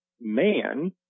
man